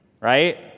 right